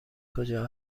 کجا